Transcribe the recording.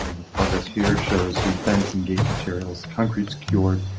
ah the progress here shows the fence and gate materials concrete secured.